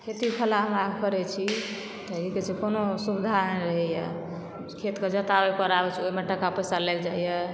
खेती खला हमरा करै छी तऽ की कहै छै कोनो सुविधा नहि रहयए खेतके जोताबै कोराबै छी ओहिमे टका पैसा लागि जाइए